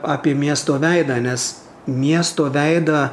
apie miesto veidą nes miesto veidą